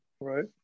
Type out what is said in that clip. right